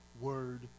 word